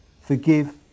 forgive